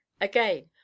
Again